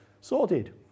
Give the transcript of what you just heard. Sorted